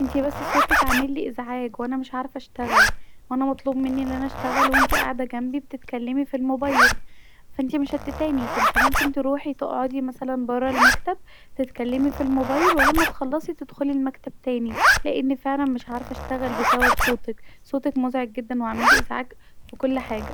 انتي بس صوتك عاملي ازعاج وانا مش عارفه اشتغل وانا مطلوب مني أن انا اشتغل وانتي قاعده جمبي بتتكلمي في الموبايل ف انتي مشتتاني ف انتي ممكن تروحي تقعدي مثلا برا المكتب تتكلمي في الموبايل ولما تخلصي تدخلي المكتب تاني لاني فعلا مش عارفه اشتغل بسبب صوتك صوتك مزعج جدا وعاملي ازعاج في كل حاجه